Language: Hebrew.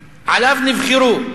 וייאוש.